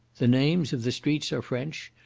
the names of the streets are french,